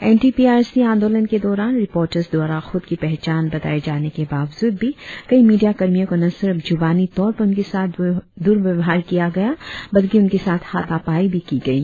anti P R C आंदोलन के दौरान रिपोटर्स द्वारा खूद की पहचान बताए जाने के बावजूद भी कई मिडिया कर्मियों को न सिर्फ जुबानों तौर पर उनके साथ दुर्व्यवहार किया गया बल्कि उनके साथ हाथापाई भी की गई